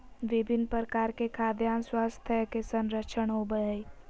विभिन्न प्रकार के खाद्यान स्वास्थ्य के संरक्षण होबय हइ